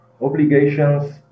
Obligations